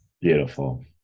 Beautiful